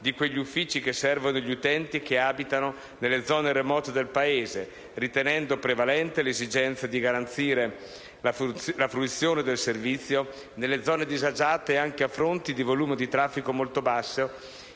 di quegli uffici che servono gli utenti che abitano nelle zone remote del Paese, ritenendo prevalente l'esigenza di garantire la fruizione del servizio nelle zone disagiate, anche a fronte di volumi di traffico molto bassi